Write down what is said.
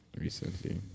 recently